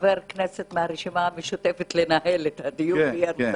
לחבר כנסת מהרשימה המשותפת לנהל את הדיון ויצא.